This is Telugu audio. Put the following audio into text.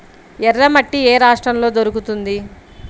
ఎర్రమట్టి ఏ రాష్ట్రంలో దొరుకుతుంది?